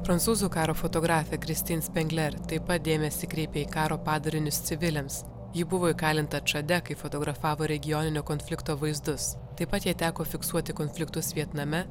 prancūzų karo fotografė kristyn spengler taip pat dėmesį kreipė į karo padarinius civiliams ji buvo įkalinta čade kai fotografavo regioninio konflikto vaizdus taip pat jai teko fiksuoti konfliktus vietname